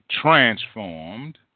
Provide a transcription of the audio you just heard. transformed